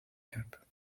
cap